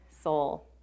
soul